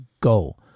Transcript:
go